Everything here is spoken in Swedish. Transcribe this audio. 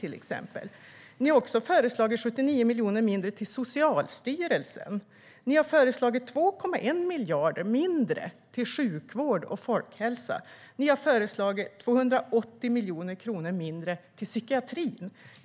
Ni har föreslagit 79 miljoner mindre till Socialstyrelsen. Ni har föreslagit 2,1 miljarder mindre till sjukvård och folkhälsa. Ni har föreslagit 280 miljoner kronor mindre till psykiatrin.